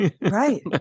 Right